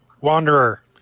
Wanderer